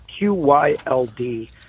QYLD